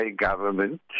government